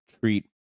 treat